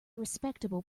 respectable